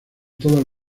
todas